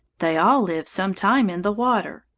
they all live some time in the water.